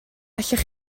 allech